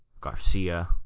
Garcia